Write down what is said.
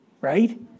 Right